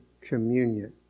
communion